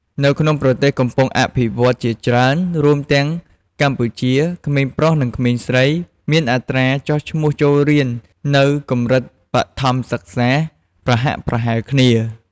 នៅក្នុងប្រទេសកំពុងអភិវឌ្ឍន៍ជាច្រើន រួមទាំងកម្ពុជា ក្មេងប្រុស និងក្មេងស្រីមានអត្រាចុះឈ្មោះចូលរៀននៅកម្រិតបឋមសិក្សាប្រហាក់ប្រហែលគ្នា។